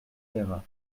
ferrat